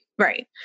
Right